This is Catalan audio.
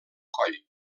coll